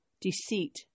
deceit